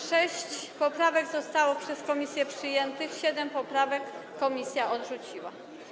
Sześć poprawek zostało przez komisję przyjętych, siedem poprawek komisja odrzuciła.